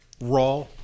raw